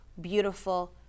beautiful